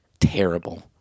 terrible